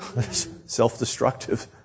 Self-destructive